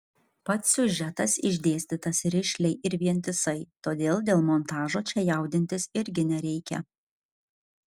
pats siužetas išdėstytas rišliai ir vientisai todėl dėl montažo čia jaudintis irgi nereikia